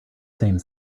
same